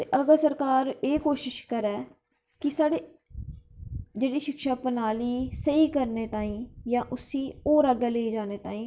ते सरकार एह् कोशिश करै की साढ़े जेह्ड़ी सिक्षा प्रणाली स्हेई करने ताहीं जां उसी होर अग्गें लेई जाने ताहीं